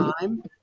time